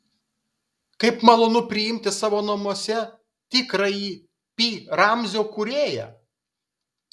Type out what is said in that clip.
kaip malonu priimti savo namuose tikrąjį pi ramzio kūrėją